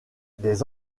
des